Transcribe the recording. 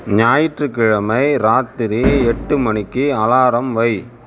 ஞாயிற்றுக்கிழமை ராத்திரி எட்டு மணிக்கு அலாரம் வை